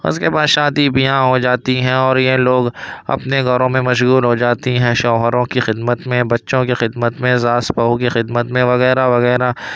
اس کے بعد شادی بیاہ ہو جاتی ہیں اور یہ لوگ اپنے گھروں میں مشغول ہو جاتی ہیں شوہروں کی خدمت میں بچوں کی خدمت میں ساس بہو کی خدمت میں وغیرہ وغیرہ